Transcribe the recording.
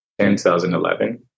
2011